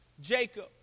Jacob